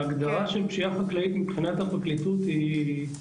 ההגדרה של פשיעה חקלאית מבחינת הפרקליטות היא,